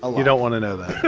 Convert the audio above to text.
ah you don't want another.